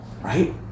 Right